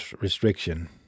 restriction